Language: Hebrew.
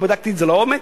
ובדקתי את זה לעומק,